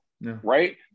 right